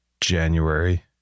January